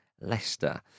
Leicester